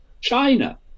China